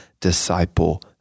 disciple